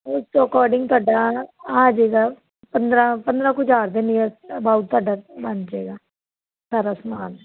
ਉਸ ਅਕੋਰਡਿੰਗ ਤੁਹਾਡਾ ਆ ਜਾਵੇਗਾ ਪੰਦਰਾਂ ਪੰਦਰਾਂ ਕੁ ਹਜ਼ਾਰ ਦੇ ਨੀਅਰ ਅਬਾਊਟ ਤੁਹਾਡਾ ਬਣ ਜਾਵੇਗਾ ਸਾਰਾ ਸਮਾਨ